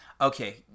okay